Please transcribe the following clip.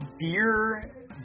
beer